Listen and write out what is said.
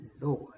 Lord